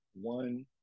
one